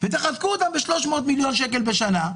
ותחזקו אותן ב-300 מיליון שקל בשנה,